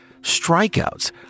Strikeouts